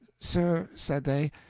sir, said they,